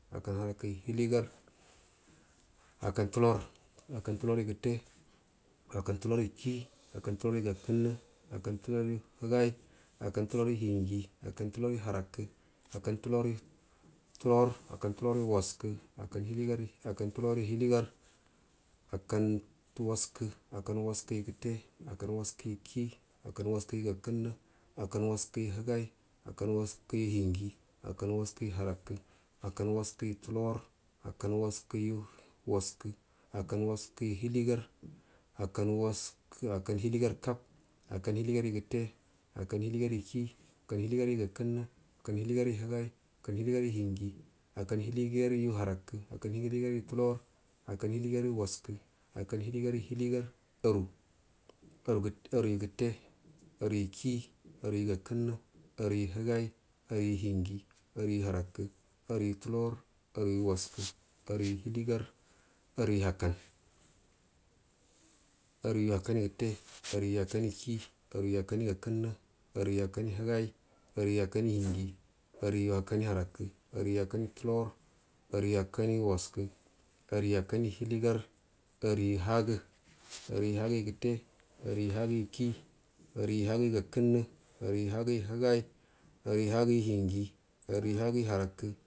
Akkan harrakəyu hiligar akkan tulor akkan tuloryu gətte akkan tuloryu kii akkan tuloryu gakənnə akkan tuloryu higai akkau tulorgu hinji akkan tiloryu larakə akkan tularyu tolor akkan tuloryu waskə akkan tuloryu hinligar akkan waskə akkan waskəyu gətte akkan waskəyu kii akkan waskəyu gakənnə akkan waskyu higai akkan waskəyu hinji akkan waskəyu haarakə akka waskəyu tubir akkan waskəyu waskə akkan waskəyu hiligar akkan hiligar kab akkan hiligarya gətte akkau hiligaryu kii akkan hiligaryu gakənnə akkan hiligeryu higai akkan hiligaryu hinji akkan hiligaryu hiligar aru aruya gətte aruyu kii arugu gaskənnə aruyu higai arayu hiyi aruya harkə aruyu tulor aruyu waskəaruyu hiligar aruyu akkan anuyu akkanyu gətte arugu akkaiyu ku aruyu akkauyu gakənnə aruyu akkanyu higai aruyu akkaiya hinji aruyu akkanyu harakə aruga akkor yu tulor arugu akkanyu waskə arugu akkan yu tulor arugu akkanyu waskə arugu akkan yu hiligar aruyu hagə arugu hagəyu gətte aruya hogəyu kii aruyu hagəgu gakənnə araya hagəyu higai arugu hagəyu hinji aruyu hayyak harakə.